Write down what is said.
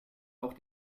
auch